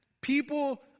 people